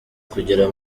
kugera